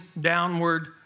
downward